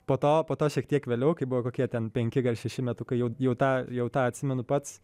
po to po to šiek tiek vėliau kai buvo kokie ten penki šeši metukai jau jau tą jau tą atsimenu pats